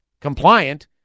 compliant